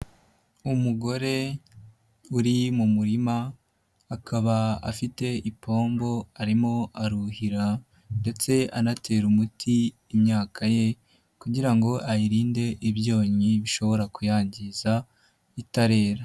Umugore uri mu murima akaba afite ipombo arimo aruhira ndetse anatera umuti imyaka ye kugira ngo ayirinde ibyonnyi bishobora kuyangiza itarera.